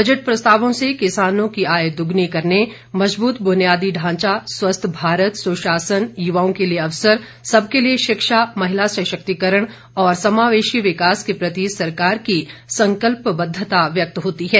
budget प्रस्तावों से किसानों की आय दोगुनी करने मजबूत बुनियादी ढांचा स्वस्थ भारत सुशासन युवाओं के लिए अवसर सबके लिए शिक्षा महिला सशक्तिकरण और समावेशी विकास के प्रति सरकार की संकलपबद्वता व्यक्त होती है